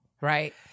right